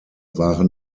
war